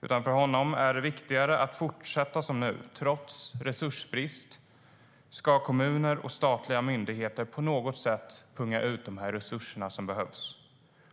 För honom är det viktigare att fortsätta som nu. Trots resursbrist ska kommuner och statliga myndigheter på något sätt punga ut med resurserna som behövs.